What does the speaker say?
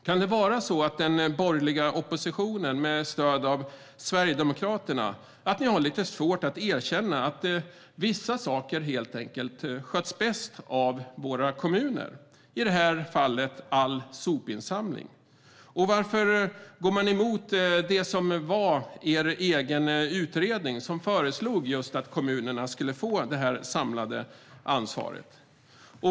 Kan det vara så att den borgerliga oppositionen med stöd av Sverigedemokraterna har lite svårt att erkänna att vissa saker helt enkelt sköts bäst av våra kommuner, i detta fall all sopinsamling? Varför går ni emot er egen utredning som föreslog att kommunerna skulle få det samlade ansvaret?